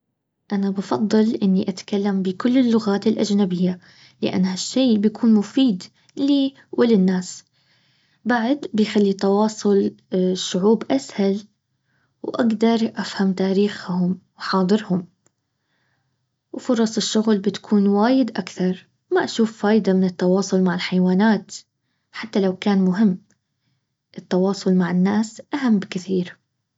انا بفضل اني اتكلم بكل اللغات الاجنبية لانها هالشي بيكون مفيد لي وللناس بعد بيخلي تواصل الشعوب اسهل واقدر افهم تاريخهم وحاضرهم وفرص الشغل بتكون وايد اكتر ما اشوف فايدة من التواصل مع الحيوانات. حتى لو كان مهم. التواصل مع الناس اهم بكثير